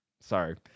Sorry